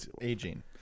aging